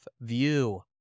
view